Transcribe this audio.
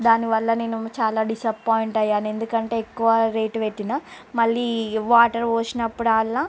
దాని వల్ల నేను చాలా డిసపాయింట్ అయ్యాను ఎందుకంటే ఎక్కువ రేట్ పెట్టిన మళ్ళీ వాటర్ పోసినప్పుడు అల్లా